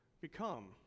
become